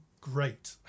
great